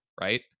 right